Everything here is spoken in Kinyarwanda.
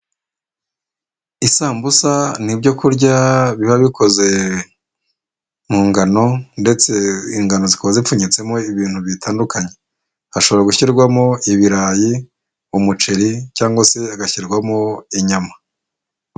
Isambusa ni ibyo kurya biba bikoze mu ngano ndetse ingano zikaba zipfunyitsemo ibintu bitandukanye, hashobora gushyirwamo ibirayi, umuceri cyangwa se hagashyirwamo inyama.